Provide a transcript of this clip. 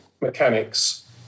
mechanics